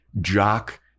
jock